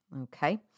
Okay